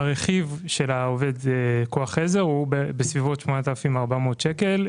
הרכיב של עובד כוח העזר הוא בסביבות 8,400 ₪,